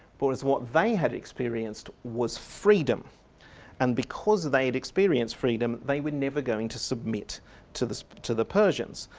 whereas what they had experienced was freedom and because they had experienced freedom, they were never going to submit to the to the persians.